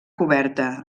coberta